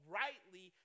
rightly